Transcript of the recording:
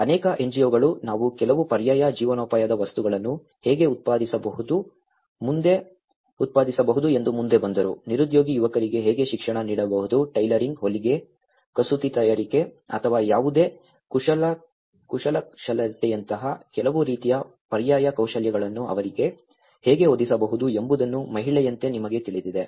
ಮತ್ತು ಅನೇಕ ಎನ್ಜಿಒಗಳು ನಾವು ಕೆಲವು ಪರ್ಯಾಯ ಜೀವನೋಪಾಯದ ವಸ್ತುಗಳನ್ನು ಹೇಗೆ ಉತ್ಪಾದಿಸಬಹುದು ಎಂದು ಮುಂದೆ ಬಂದರು ನಿರುದ್ಯೋಗಿ ಯುವಕರಿಗೆ ಹೇಗೆ ಶಿಕ್ಷಣ ನೀಡಬಹುದು ಟೈಲರಿಂಗ್ ಹೊಲಿಗೆ ಕಸೂತಿ ತಯಾರಿಕೆ ಅಥವಾ ಯಾವುದೇ ಕರಕುಶಲತೆಯಂತಹ ಕೆಲವು ರೀತಿಯ ಪರ್ಯಾಯ ಕೌಶಲ್ಯಗಳನ್ನು ಅವರಿಗೆ ಹೇಗೆ ಒದಗಿಸಬಹುದು ಎಂಬುದನ್ನು ಮಹಿಳೆಯಂತೆ ನಿಮಗೆ ತಿಳಿದಿದೆ